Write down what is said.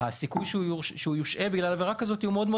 הסיכוי שהוא יושעה בגלל עבירה כזאת הוא מאוד מאוד